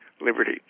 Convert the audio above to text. liberty